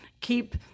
keep